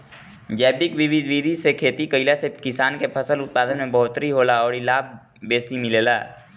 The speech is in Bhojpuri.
जैविक विधि से खेती कईला से किसान के फसल उत्पादन में बढ़ोतरी होला अउरी लाभो बेसी मिलेला